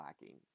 lacking